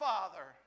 Father